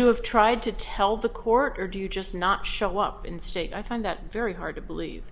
you have tried to tell the court or do you just not show up in state i find that very hard to believe